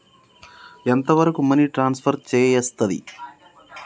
ఎంత వరకు money transfer చేయస్తది?